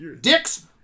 dicks